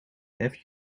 have